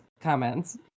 comments